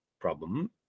problem